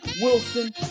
Wilson